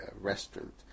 restaurant